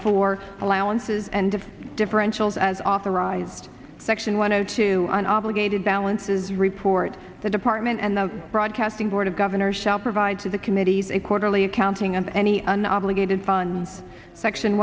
for allowances and differentials as authorized section one hundred two and obligated balances report the department and the broadcasting board of governors shall provide to the committees a quarterly accounting of any and obligated fun section